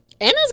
Anna's